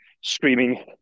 screaming